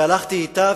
הלכתי אתה,